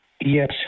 Yes